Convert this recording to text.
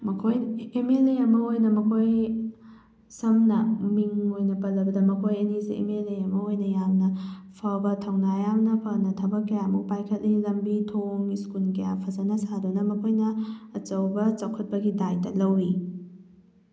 ꯃꯈꯣꯏ M L A ꯑꯃ ꯑꯣꯏꯅ ꯃꯈꯣꯏ ꯁꯝꯅ ꯃꯤꯡ ꯑꯣꯏꯅ ꯄꯜꯂꯕꯗ ꯃꯈꯣꯏ ꯑꯅꯤꯁꯦ ꯑꯦꯝ ꯑꯦꯜ ꯑꯦ ꯑꯃ ꯑꯣꯏꯅ ꯌꯥꯝꯅ ꯐꯕ ꯊꯧꯅꯥ ꯌꯥꯝꯅ ꯐꯅ ꯊꯕꯛ ꯀꯌꯥ ꯑꯃ ꯄꯥꯏꯈꯠꯂꯤ ꯂꯝꯕꯤ ꯊꯣꯡ ꯁ꯭ꯀꯨꯜ ꯀꯌꯥ ꯐꯖꯅ ꯁꯥꯗꯨꯅ ꯃꯈꯣꯏꯅ ꯑꯆꯧꯕ ꯆꯥꯎꯈꯠꯄꯒꯤ ꯗꯥꯏꯇ ꯂꯧꯋꯤ